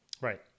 right